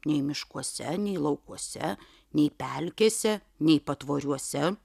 nei miškuose nei laukuose nei pelkėse nei patvoriuose